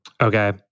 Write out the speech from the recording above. Okay